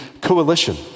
coalition